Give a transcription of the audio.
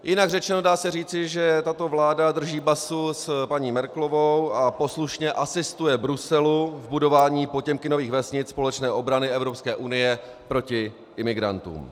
Jinak řečeno se dá říci, že tato vláda drží basu s paní Merklovou a poslušně asistuje Bruselu v budování Potěmkinových vesnic společné obrany Evropské unie proti imigrantům.